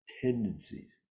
tendencies